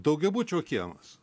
daugiabučio kiemas